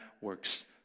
works